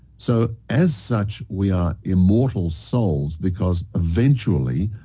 so as such, we are immortal souls because eventually,